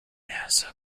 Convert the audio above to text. nasa